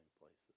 places